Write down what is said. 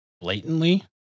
blatantly